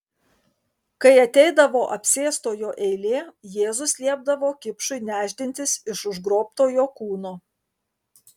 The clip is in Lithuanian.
kai ateidavo apsėstojo eilė jėzus liepdavo kipšui nešdintis iš užgrobtojo kūno